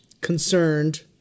Concerned